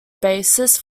basis